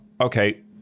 Okay